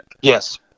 yes